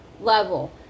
level